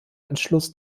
entschluss